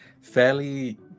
fairly